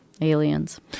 aliens